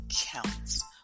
counts